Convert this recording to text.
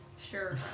sure